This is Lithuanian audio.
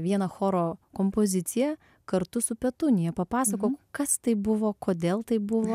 vieną choro kompoziciją kartu su petunija papasakok kas tai buvo kodėl taip buvo